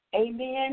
Amen